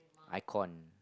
icon